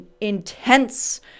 intense